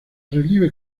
relieve